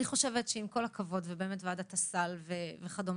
אני חושבת שעם כל הכבוד לוועדת הסל וכדומה,